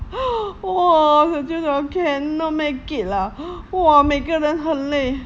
!wah! 小舅讲 cannot make it lah !wah! 每个人很累